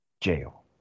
jail